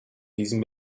diesen